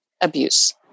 Abuse